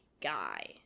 guy